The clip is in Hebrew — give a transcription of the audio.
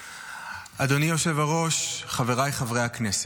אדוני היושב-ראש, חבריי חברי הכנסת,